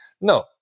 No